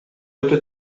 өтө